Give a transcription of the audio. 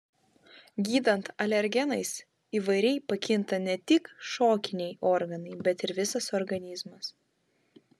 gydant alergenais įvairiai pakinta ne tik šokiniai organai bet ir visas organizmas